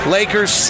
Lakers